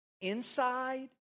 inside